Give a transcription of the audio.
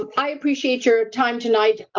but i appreciate your time tonight. ah